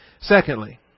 Secondly